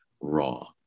raw